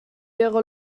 ihre